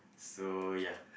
so ya